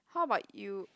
how about you